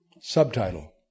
Subtitle